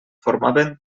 formaven